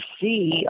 see